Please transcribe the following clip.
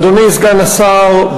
אדוני סגן השר,